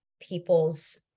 people's